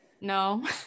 No